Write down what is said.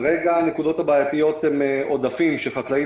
כרגע הנקודות הבעייתיות הן עודפים שחקלאים